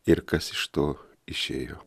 ir kas iš to išėjo